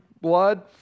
blood